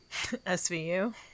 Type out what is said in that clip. svu